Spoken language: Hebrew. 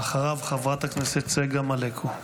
אחריו, חברת הכנסת צגה מלקו.